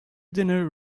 dinner